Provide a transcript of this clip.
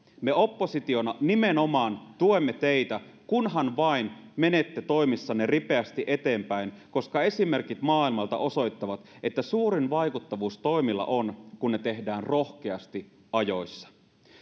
me oppositiona nimenomaan tuemme teitä kunhan vain menette toimissanne ripeästi eteenpäin koska esimerkit maailmalta osoittavat että suurin vaikuttavuus toimilla on kun ne tehdään rohkeasti ajoissa